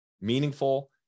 meaningful